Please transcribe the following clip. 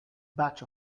batch